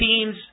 Teams